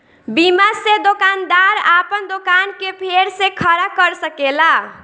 बीमा से दोकानदार आपन दोकान के फेर से खड़ा कर सकेला